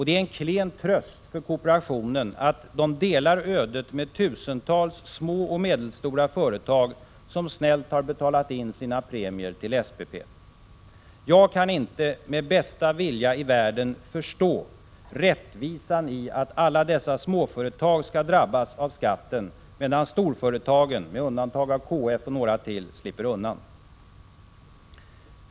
Det är en klen tröst för kooperationen att man delar ödet med tusentals små och medelstora företag som snällt har betalat in sina premier till SPP. Jag kan inte med bästa vilja i världen förstå rättvisan i att alla dessa småföretag skall drabbas av skatten medan storföretagen — alla utom KF och några till — slipper undan.